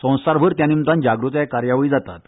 संवसारभर ते निमतान जागृताय कार्यावळी जातात